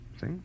See